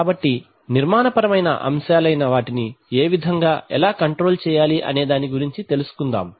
కాబట్టి నిర్మాణ పరమైన అంశాలైన వాటిని ఏవిధంగా ఎలా కంట్రోల్ చేయాలి అనేదాని గురించి తెలుసుకుందాం